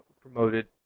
promoted